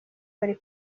bari